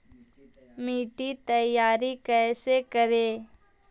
मिट्टी तैयारी कैसे करें?